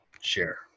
Share